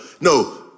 No